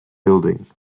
building